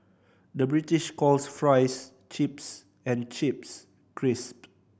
the British calls fries chips and chips crisp